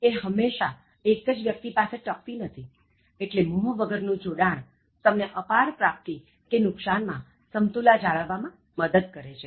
એ હંમેશા એક જ વ્યક્તિ પાસે ટકતી નથી એટલે મોહ વગરનું જોડાણ તમને અપાર પ્રાપ્તિ કે નુકશાન માં સમતુલા જાળવવામાં મદદ કરે છે